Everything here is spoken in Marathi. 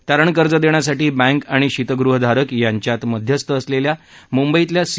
तारण कर्ज देण्यासाठी बँक आणि शितगृहधारक यांच्यात मध्यस्थ असलेल्या मुंबईतल्या सी